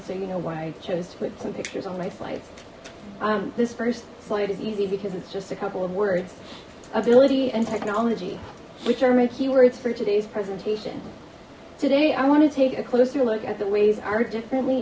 so you know why i chose to put some pictures on my slides this first slide is easy because it's just a couple of words ability and technology which are my keywords for today's presentation today i want to take a closer look at the ways our differently